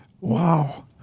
Wow